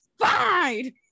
Fine